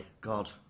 God